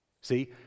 See